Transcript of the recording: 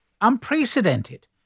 Unprecedented